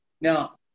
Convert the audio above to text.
Now